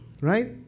Right